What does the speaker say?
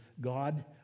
God